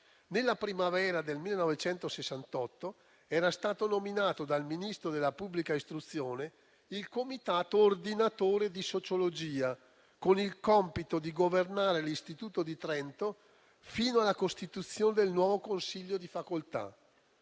Nella primavera del 1968 era stato nominato dal Ministro della pubblica istruzione il Comitato ordinatore di sociologia, con il compito di governare l'Istituto di Trento fino alla costituzione del nuovo consiglio di facoltà.